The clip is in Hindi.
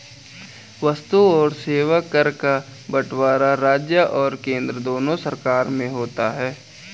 वस्तु और सेवा कर का बंटवारा राज्य और केंद्र दोनों सरकार में होता है